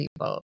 people